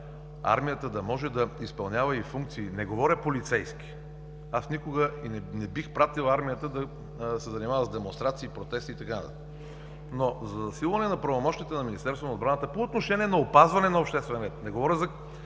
армията да може да изпълнява и функции. Не говоря за полицейски, никога не бих пратил армията да се занимава с демонстрации, протести и така нататък, но за засилване правомощията на Министерството на отбраната по отношение на опазване на обществения ред, не говоря за